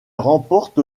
remporte